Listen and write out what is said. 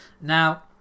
Now